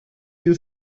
you